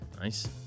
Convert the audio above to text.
Nice